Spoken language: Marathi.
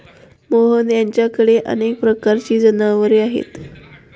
मोहन यांच्याकडे अनेक प्रकारची जनावरे आहेत